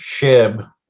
Shib